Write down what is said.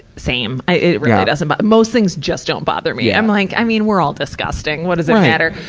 same. i, it really doesn't bo, most things just don't bother me. i'm like, i mean we're all disgusting what does it matter?